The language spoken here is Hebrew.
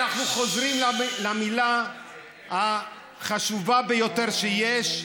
אנחנו חוזרים למילה החשובה ביותר שיש,